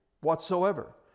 whatsoever